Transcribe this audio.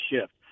shift